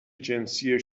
جنسی